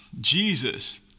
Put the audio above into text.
Jesus